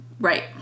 Right